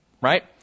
right